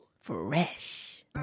fresh